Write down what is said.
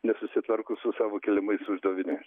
nesusitvarko su savo keliamais uždaviniais